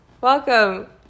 welcome